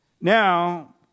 Now